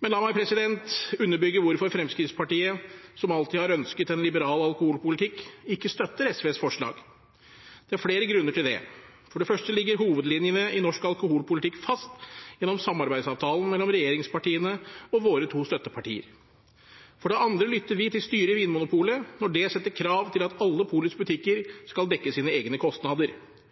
Men la meg underbygge hvorfor Fremskrittspartiet, som alltid har ønsket en liberal alkoholpolitikk, ikke støtter SVs forslag. Det er flere grunner til det. For det første ligger hovedlinjene i norsk alkoholpolitikk fast gjennom samarbeidsavtalen mellom regjeringspartiene og våre to støttepartier. For det andre lytter vi til styret i Vinmonopolet når det setter krav til at alle polets butikker skal dekke sine egne kostnader.